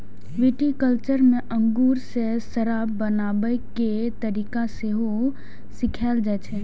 viticulture मे अंगूर सं शराब बनाबै के तरीका सेहो सिखाएल जाइ छै